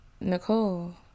Nicole